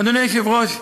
אדוני היושב-ראש,